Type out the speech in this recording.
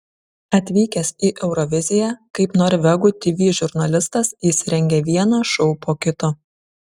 atvykęs į euroviziją kaip norvegų tv žurnalistas jis rengia vieną šou po kito